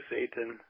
Satan